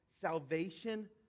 salvation